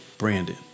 brandon